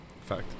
Fact